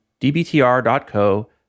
dbtr.co